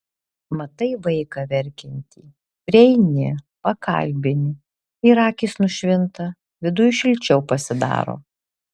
matai vaiką verkiantį prieini pakalbini ir akys nušvinta viduj šilčiau pasidaro